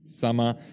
summer